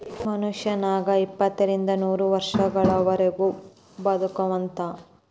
ಮನುಷ್ಯ ನಂಗ ಎಪ್ಪತ್ತರಿಂದ ನೂರ ವರ್ಷಗಳವರಗು ಬದಕತಾವಂತ